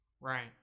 Right